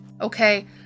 okay